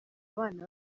abana